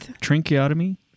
Tracheotomy